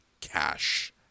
cash